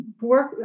work